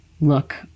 look